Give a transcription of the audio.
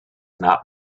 not